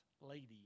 lady